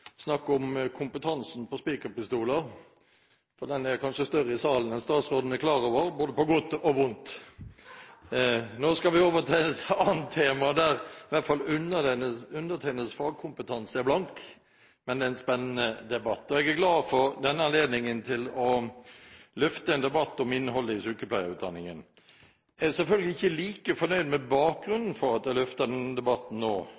snakk om kompetanse på spikerpistoler – den er kanskje større i salen enn det statsråden er klar over, både på godt og vondt. Nå skal vi over på et annet tema, der i hvert fall undertegnedes fagkompetanse er blank, men det er en spennende debatt. Jeg er glad for denne anledningen til å løfte en debatt om innholdet i sykepleierutdanningen. Jeg er selvfølgelig ikke like fornøyd med bakgrunnen for at jeg løfter denne debatten nå,